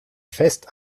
fest